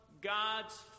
God's